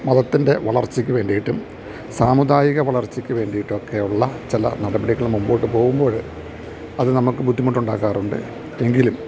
മതത്തിൻ്റെ വളർച്ചയ്ക്ക് വേണ്ടിയിട്ടും സാമുദായിക വളർച്ചയ്ക്ക് വേണ്ടിയിട്ടുമൊക്കെയുള്ള ചില നടപടികൾ മുന്നോട്ടുപോകുമ്പോള് അത് നമുക്ക് ബുദ്ധിമുട്ടുണ്ടാക്കാറുണ്ട് എങ്കിലും